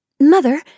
Mother